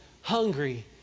hungry